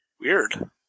Weird